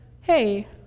Hey